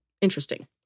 Interesting